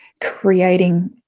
creating